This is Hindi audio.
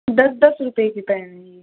दस दस रुपए के पेन है यह